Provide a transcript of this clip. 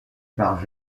par